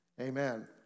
amen